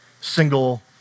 single